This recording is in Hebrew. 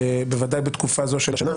בוודאי בתקופה זו של השנה,